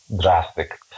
drastic